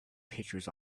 pictures